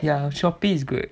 ya shopee is good